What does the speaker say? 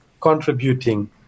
contributing